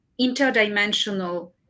interdimensional